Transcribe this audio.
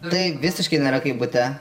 tai visiškai nėra kaip bute